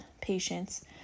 patients